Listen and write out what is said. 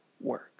work